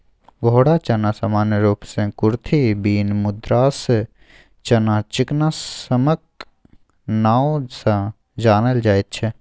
घोड़ा चना सामान्य रूप सँ कुरथी, बीन, मद्रास चना, चिकना सबक नाओ सँ जानल जाइत छै